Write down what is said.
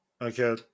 Okay